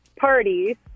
party